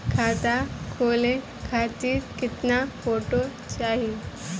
खाता खोले खातिर केतना फोटो चाहीं?